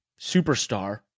superstar